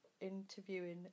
interviewing